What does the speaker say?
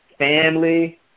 Family